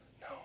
No